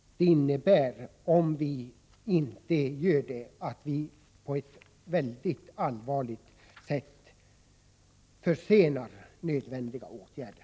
Om detta inte görs, innebär det att vi på ett mycket allvarligt sätt försenar nödvändiga åtgärder.